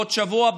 בעוד שבוע,